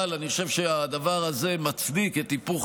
אבל אני חושב שהדבר הזה מצדיק את היפוך